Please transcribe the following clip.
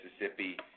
Mississippi